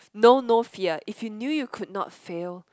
know no fear if you knew you could not fail